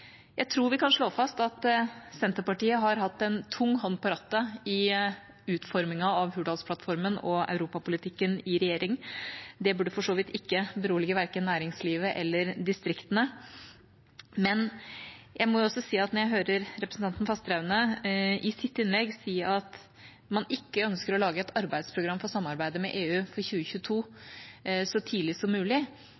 Jeg tror vi kan slå fast at Senterpartiet har hatt en tung hånd på rattet i utformingen av Hurdalsplattformen og europapolitikken i regjering. Det burde for så vidt ikke berolige verken næringslivet eller distriktene. Jeg må også si at når jeg hører representanten Fasteraune i sitt innlegg si at man ikke ønsker å lage et arbeidsprogram for samarbeidet med EU for 2022